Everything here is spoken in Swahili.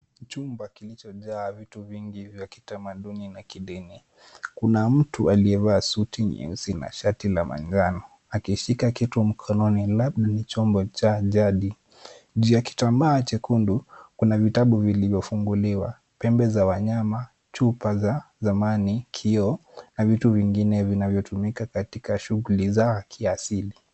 Chumba kilichojaa vitu vingi vya kitamaduni na kidini, kuna mtu aliyevaa suti nyeusi na shati la manjano akishika kitu mkononi labda ni chombo cha jadi. Juu ya kitambaa chekundu, kuna vitabu vilivyofunguliwa, pembe za wanyama, chupa za zamani, kioo na vitu vingine vinavyotumika katika shughuli za kiasili.